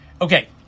Okay